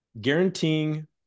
guaranteeing